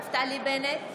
נפתלי בנט,